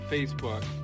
Facebook